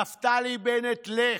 "נפתלי בנט, לך".